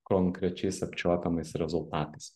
konkrečiais apčiuopiamais rezultatais